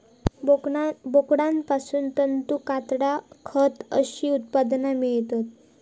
बोकडांपासना तंतू, कातडा, खत अशी उत्पादना मेळतत